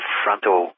frontal